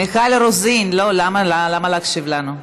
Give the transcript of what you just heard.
מיכל רוזין, לא, למה להקשיב לנו?